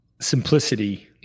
simplicity